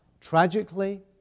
tragically